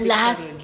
Last